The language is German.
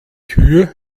tür